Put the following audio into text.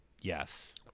yes